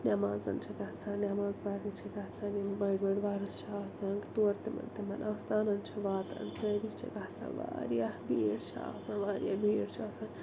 نٮ۪مازَن چھِ گژھان نٮ۪ماز پَرنہِ چھِ گژھان یِم بٔڑۍ بٔڑۍ وَرُس چھِ آسان تور تِمَن تِمَن آستانَن چھِ واتان سٲری چھِ گژھان واریاہ بھیٖڑ چھِ آسان واریاہ بھیٖڑ چھِ آسان